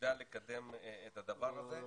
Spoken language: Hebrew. שידע לקדם את הדבר הזה.